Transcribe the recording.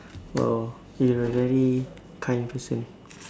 !wow! you a very kind person